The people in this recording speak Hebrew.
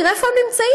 תראה איפה הם נמצאים.